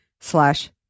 slash